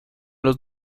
los